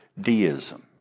deism